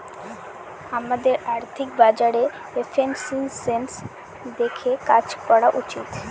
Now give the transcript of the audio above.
আমাদের আর্থিক বাজারে এফিসিয়েন্সি দেখে কাজ করা উচিত